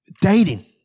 dating